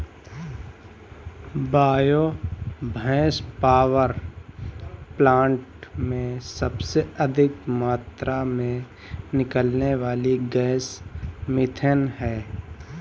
bio gas power plant में सबसे अधिक मात्रा में निकलने वाली गैस मिथेन है